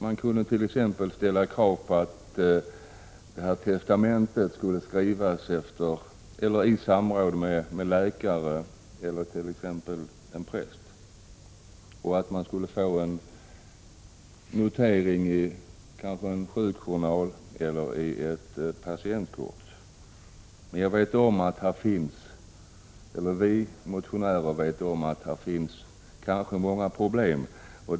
Det kunde t.ex. ställas krav på att testamentet skrivs i samråd med en läkare eller en präst och att det skulle föranleda en notering i en sjukjournal eller i ett patientkort. Vi motionärer vet att det kan finnas många problem.